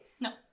No